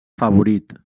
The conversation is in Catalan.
favorit